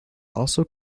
also